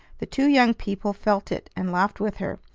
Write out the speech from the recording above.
the two young people felt it, and laughed with her,